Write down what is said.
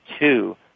two